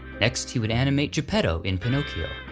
next he would animate gepetto in pinocchio.